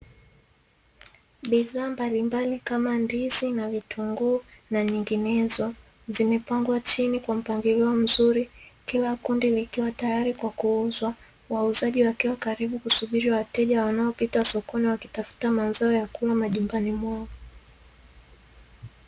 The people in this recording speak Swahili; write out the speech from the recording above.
Bidhaa mbalimbali kama ndizi na vitunguu na nyinginezo, zimepangwa chini kwa mpangilio mzuri, kila kundi likiwa tayari kwa kuuzwa. Wauzaji wakiwa karibu kusubiri wateja wanaopita sokoni, wakitafuta mazao ya kula majumbani mwao.